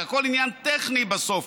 זה הכול עניין טכני בסוף,